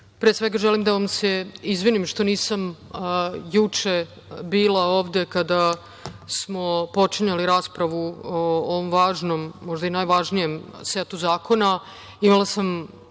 pre svega želim da vam se izvinim što nisam juče bila ovde kada smo počinjali raspravu o ovom važnom, možda i najvažnijem setu zakona. Imala sam